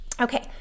Okay